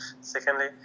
Secondly